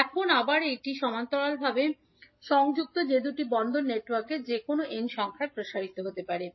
এখন আবার এটি সমান্তরালভাবে সংযুক্ত যে দুটি বন্দর নেটওয়ার্কের যে কোনও n সংখ্যায় প্রসারিত হতে পারে